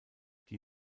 die